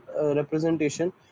representation